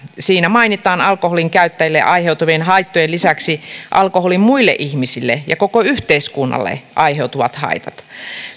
pykälässä mainitaan alkoholin käyttäjille aiheutuvien haittojen lisäksi alkoholista muille ihmisille ja koko yhteiskunnalle aiheutuvat haitat